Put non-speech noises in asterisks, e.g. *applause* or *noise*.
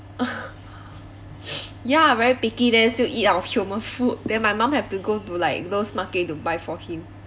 *laughs* *breath* ya very picky then still eat our human food then my mum have to go to like those market to buy for him